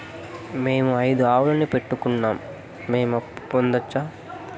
మేము ఐదు ఆవులని పెట్టుకున్నాం, మేము అప్పు పొందొచ్చా